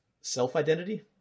self-identity